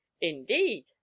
Indeed